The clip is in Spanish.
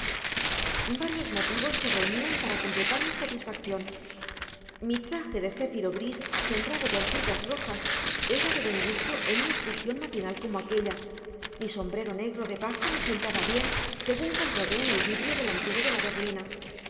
escapatoria varios motivos se reunían para completar mi satisfacción mi traje de céfiro gris sembrado de anclitas rojas era de buen gusto en una excursión matinal como aquella mi sombrero negro de paja me sentaba bien según comprobé en el vidrio delantero de la berlina